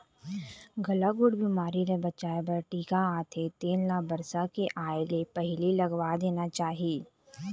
गलाघोंट बिमारी ले बचाए बर टीका आथे तेन ल बरसा के आए ले पहिली लगवा देना चाही